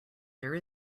there